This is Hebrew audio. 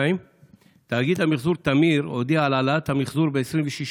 2. תאגיד המחזור תמיר הודיע על העלאת מחיר המחזור ב-26%,